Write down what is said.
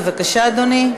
בבקשה, אדוני.